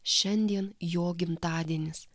šiandien jo gimtadienis